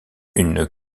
une